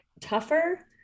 tougher